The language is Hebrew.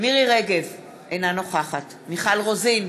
מירי רגב, אינה נוכחת מיכל רוזין,